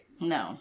No